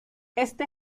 este